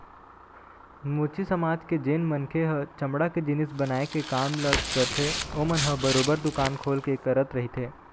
मोची समाज के जेन मनखे ह चमड़ा के जिनिस बनाए के काम ल करथे ओमन ह बरोबर दुकान खोल के करत रहिथे